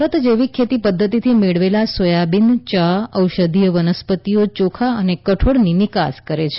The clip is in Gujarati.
ભારત જૈવિક ખેતી પદ્ધતિથી મેળવેલા સોયાબીન યા ઔષધીય વનસ્પતિઓ યોખા અને કઠોળની નિકાસ કરે છે